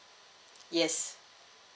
yes